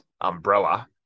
umbrella